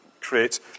create